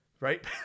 right